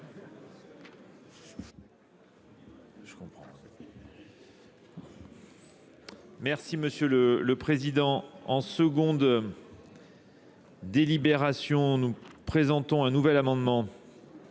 Merci Monsieur le Président. En seconde, Délibération, nous présentons un nouvel amendement